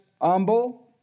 Humble